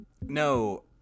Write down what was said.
No